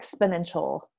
exponential